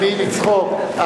בלי לצחוק,